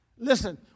Listen